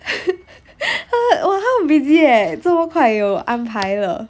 err what !wah! 她很 busy eh 这么快有安排了